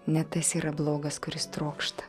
ne tas yra blogas kuris trokšta